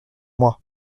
moi